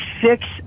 six